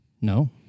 no